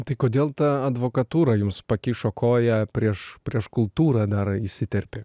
tai kodėl ta advokatūra jums pakišo koją prieš prieš kultūrą dar įsiterpė